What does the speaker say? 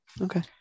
Okay